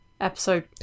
episode